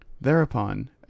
thereupon